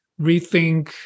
rethink